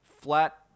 Flat